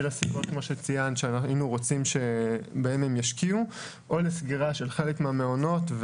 הסיבות שציינת שהיינו רוצים שבהן הם ישקיעו או לסגירה של חלק מהמעונות,